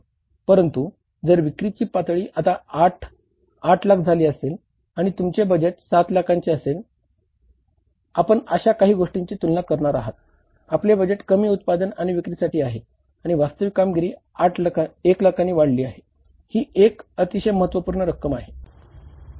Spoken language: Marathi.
परंतु जर विक्रीची पातळी आता 8 लाख झाली असेल आणि तुमचे बजेट 7 लाखांचे असेल आपण अशा काही गोष्टींची तुलना करणार आहात आपले बजेट कमी उत्पादन आणि विक्रीसाठी आहे आणि वास्तविक कामगिरी 1 लाखांनी वाढली आहे ही एक अतिशय महत्त्वपूर्ण रक्कम आहे